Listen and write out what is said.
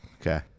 Okay